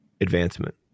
advancement